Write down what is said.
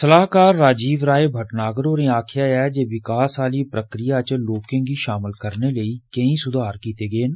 सलाह्कार राजीव राय मटनागर होरें आक्खेआ ऐ जे विकास आली प्रक्रिया च लोकें गी शामल करने लेई केई सुधार कीते गे न